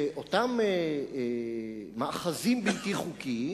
אותם מאחזים בלתי חוקיים